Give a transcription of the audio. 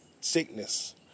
sickness